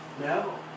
No